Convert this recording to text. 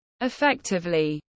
Effectively